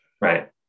right